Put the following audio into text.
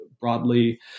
broadly